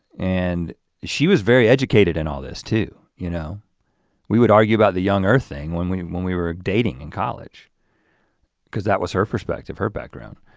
and she was very educated in all this too. you know we would argue about the young-earth thing when we when we were dating in college because that was her perspective, her background.